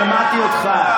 שמעתי אותך.